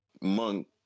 monk